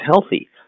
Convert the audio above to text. healthy